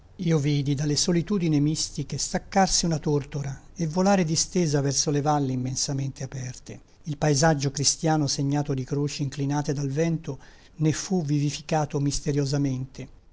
io vidi dalle solitudini mistiche staccarsi una tortora e volare distesa verso le valli immensamente aperte il paesaggio cristiano segnato di croci inclinate dal vento ne fu vivificato misteriosamente